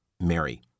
Mary